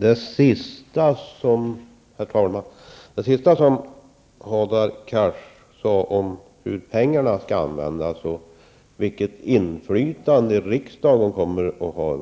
Herr talman! Det sista som Hadar Cars sade om hur pengarna skall användas och vilket inflytande riksdagen kommer att ha